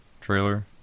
trailer